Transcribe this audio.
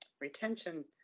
retention